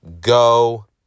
Go